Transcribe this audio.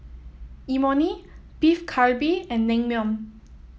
Imoni Beef Galbi and Naengmyeon